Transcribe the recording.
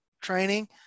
training